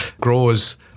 growers